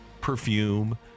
perfume